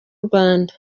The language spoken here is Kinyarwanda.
rwanda